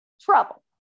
trouble